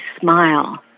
smile